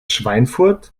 schweinfurt